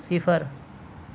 صفر